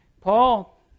Paul